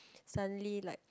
suddenly like